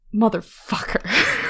Motherfucker